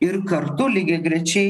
ir kartu lygiagrečiai